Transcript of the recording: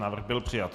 Návrh byl přijat.